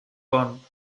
pon